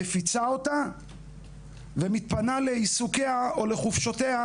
מפיצה אותה ומתפנה לעיסוקיה או לחופשותיה